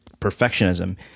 perfectionism